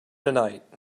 tonight